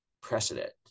precedent